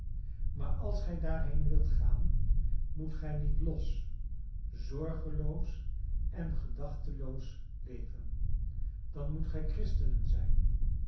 maar als gij daarheen wilt gaan moet gij niet los zorgeloos en gedachteloos leven dan moet gij christenen zijn